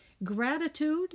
gratitude